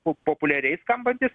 po populiariai skambantys